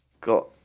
got